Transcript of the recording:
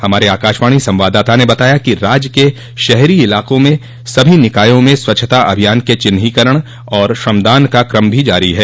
हमारे आकाशवाणी संवाददाता ने बताया कि राज्य के शहरी इलाको में सभी निकायों में स्वच्छता अभियान के चिन्हांकन और श्रमदान का क्रम भी जारी है